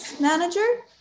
manager